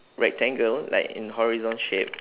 rectangle like in horizon shape